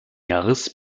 jahres